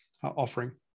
offering